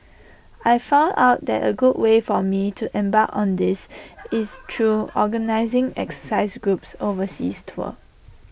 I found out that A good way for me to embark on this is through organising exercise groups overseas tours